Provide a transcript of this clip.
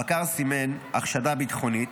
הבקר סימן "החשדה ביטחונית"